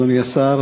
אדוני השר,